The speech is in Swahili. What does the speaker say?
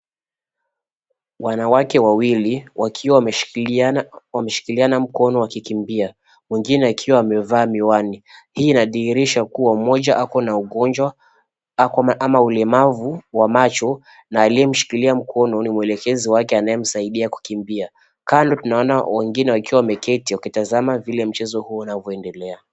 Wanawake wawili wakiwa wameshikiliana mkono wakikimbia mwingine akiwa amevaa miwani. Hii inadhihirisha kuwa mmoja ako na ugonjwa ama ulemavu wa macho na aliyemshikilia mkono ni mwelekezi wake anayemsaidia kukimbia. Kando tunawaona wengine wakiwa wameketi wakitazama vile mchezo huo unavyoendelea.